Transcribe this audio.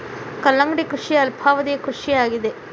ಕಲ್ಲಂಗಡಿ ಕೃಷಿಯ ಅಲ್ಪಾವಧಿ ಕೃಷಿ ಆಗಿದೆ